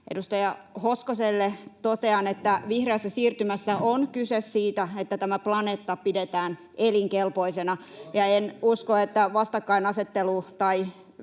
Edustaja Hoskoselle totean, että vihreässä siirtymässä on kyse siitä, että tämä planeetta pidetään elinkelpoisena, [Petri Huru: